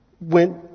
went